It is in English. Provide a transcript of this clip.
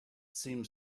seemed